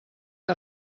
que